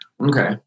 Okay